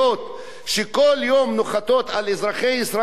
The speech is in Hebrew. נוחתות על אזרחי ישראל ואף אחד לא יוצא?